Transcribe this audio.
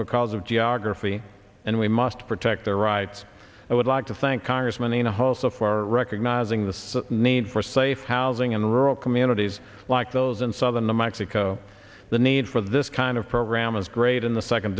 because of geography and we must protect their rights i would like to thank congressman in a hole so far recognizing this need for safe housing in rural communities like those in southern new mexico the need for this kind of program is great in the second